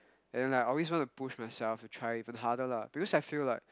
and like I always wanna push myself and try even harder lah because I feel like